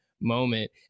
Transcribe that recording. moment